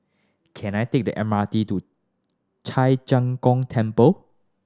can I take the M R T to Zheng Gong Temple